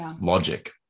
logic